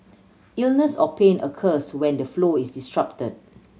illness or pain occurs when the flow is disrupted